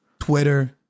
Twitter